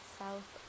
south